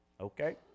okay